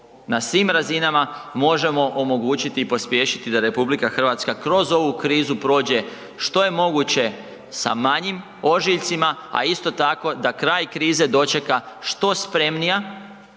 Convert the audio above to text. na svim razinama možemo omogućiti i pospješiti da RH kroz ovu krizu prođe što je moguće sa manjim ožiljcima, a isto tako da kraj krize dočeka što spremnija.